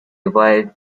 revived